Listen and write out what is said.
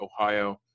Ohio